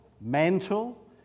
mental